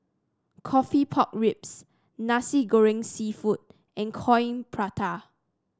coffee Pork Ribs Nasi Goreng seafood and Coin Prata